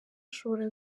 ashobora